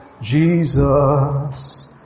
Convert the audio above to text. Jesus